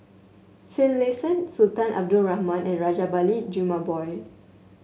Finlayson Sultan Abdul Rahman and Rajabali Jumabhoy